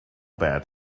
bed